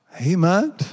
Amen